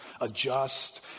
adjust